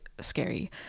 scary